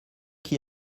qui